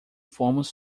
fomos